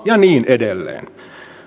ja niin edelleen